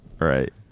Right